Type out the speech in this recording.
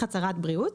הצהרת בריאות.